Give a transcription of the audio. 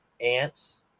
ants